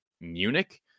Munich